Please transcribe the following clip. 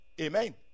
Amen